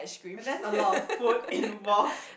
and that's a lot of food involved